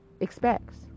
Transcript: expects